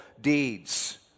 deeds